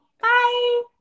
bye